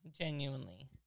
genuinely